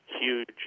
huge